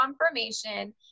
confirmation